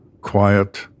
quiet